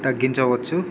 తగ్గించవచ్చు